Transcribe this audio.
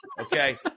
Okay